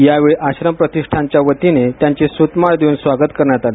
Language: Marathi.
यावेळी आश्रम प्रतिष्ठानच्यावतीने त्यांचे स्तमाळ देऊन स्वागत करण्यात आले